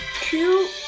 two